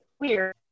weird